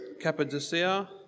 Cappadocia